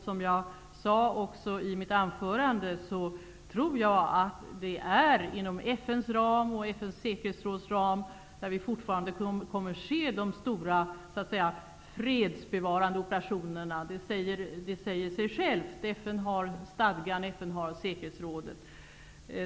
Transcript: Som jag också sade i mitt huvudanförande, tror jag att det är inom FN:s ram och FN:s säkerhetsråds ram som de stora fredsbevarande operationerna kommer att ske även i fortsättningen. Det säger sig självt. FN har stadgan, och FN har säkerhetsrådet.